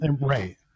right